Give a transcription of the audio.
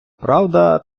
правда